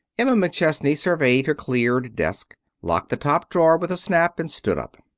emma mcchesney surveyed her cleared desk, locked the top drawer with a snap, and stood up.